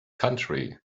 country